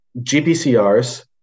GPCRs